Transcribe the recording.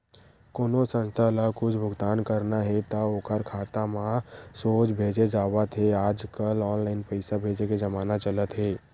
कोनो संस्था ल कुछ भुगतान करना हे त ओखर खाता म सोझ भेजे जावत हे आजकल ऑनलाईन पइसा भेजे के जमाना चलत हे